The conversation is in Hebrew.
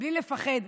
בלי לפחד.